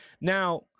now